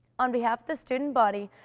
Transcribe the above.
on behalf the student body,